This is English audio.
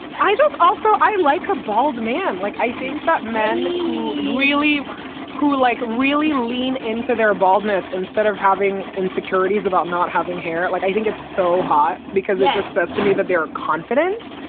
i just also i like a bald man. like, i think that men really who like really lean into their baldness instead of having insecurities about not having hair. like i think it's so hot because it just says to me that they're confident.